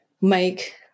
make